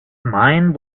mine